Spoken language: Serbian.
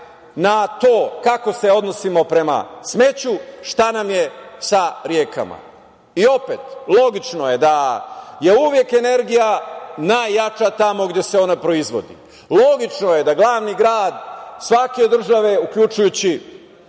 na to kako se odnosimo prema smeću, šta nam je sa rekama. I opet, logično je da je uvek energija najjača tamo gde se ona proizvodi. Logično je da glavni grad svake države, uključujući